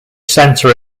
centre